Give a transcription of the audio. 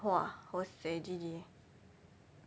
!wah! hoseh G_G